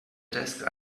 desk